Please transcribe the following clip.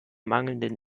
mangelnden